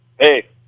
Hey